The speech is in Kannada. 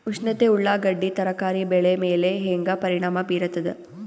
ಉಷ್ಣತೆ ಉಳ್ಳಾಗಡ್ಡಿ ತರಕಾರಿ ಬೆಳೆ ಮೇಲೆ ಹೇಂಗ ಪರಿಣಾಮ ಬೀರತದ?